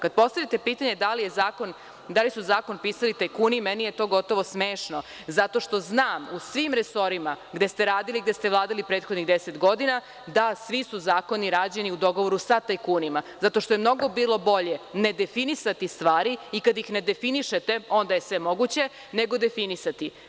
Kad postavljate pitanje da li su zakon pisali tajkuni, meni je to gotovo smešno, zato što znam, u svim resorima gde ste radili i gde ste vladali u prethodnih deset godina, da, svi su zakoni rađeni u dogovoru sa tajkunima, zato što je mnogo bilo bolje nedefinisati stvari i kad ih nedefinišete, onda je sve moguće, nego definisati.